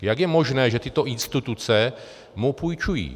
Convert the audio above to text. Jak je možné, že tyto instituce mu půjčují?